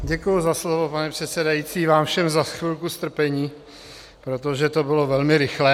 Děkuji za slovo, pane předsedající, a vám všem za chvilku strpení, protože to bylo na mě velmi rychlé.